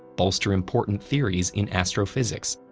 bolster important theories in astrophysics,